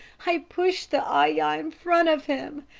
i pushed the ayah in front of him.